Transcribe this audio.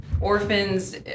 orphans